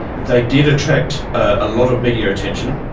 they did attract a lot of media attention,